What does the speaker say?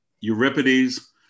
Euripides